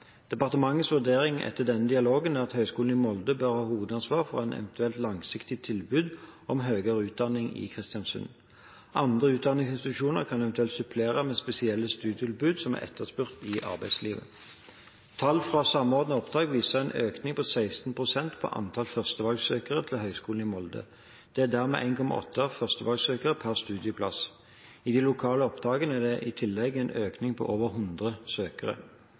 Departementets vurdering etter denne dialogen er at Høgskolen i Molde bør ha hovedansvaret for et eventuelt langsiktig tilbud om høyere utdanning i Kristiansund. Andre utdanningsinstitusjoner kan eventuelt supplere med spesielle studietilbud som er etterspurt i arbeidslivet. Tall fra Samordna opptak viser en økning på 16 pst. på antall førstevalgsøkere ti1 Høgskolen i Molde. Det er dermed 1,8 førstevalgsøkere per studieplass. I de lokale opptakene er det i tillegg en økning på over 100 søkere.